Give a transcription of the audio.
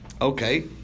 Okay